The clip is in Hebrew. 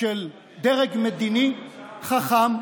של דרג מדיני חכם,